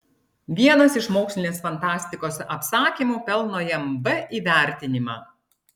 vienas iš mokslinės fantastikos apsakymų pelno jam b įvertinimą